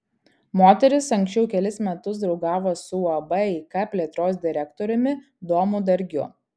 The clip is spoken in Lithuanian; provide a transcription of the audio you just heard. moteris anksčiau kelis metus draugavo su uab eika plėtros direktoriumi domu dargiu